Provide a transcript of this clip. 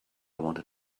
wanted